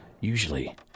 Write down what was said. Usually